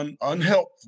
unhelpful